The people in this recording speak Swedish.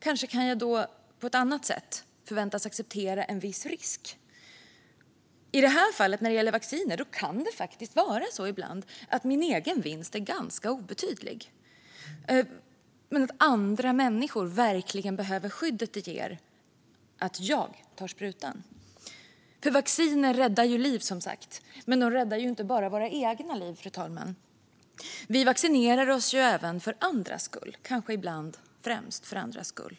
Kanske kan jag då på ett annat sätt förväntas acceptera en viss risk. I fallet med vacciner kan det ibland vara så att min egen vinst är ganska obetydlig men att andra människor verkligen behöver det skydd som ges genom att jag tar sprutan. Vacciner räddar som sagt liv, men de räddar inte bara vårt eget liv, fru talman - vi vaccinerar oss ju även för andras skull, kanske ibland främst för andras skull.